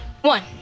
one